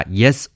yes